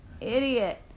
idiot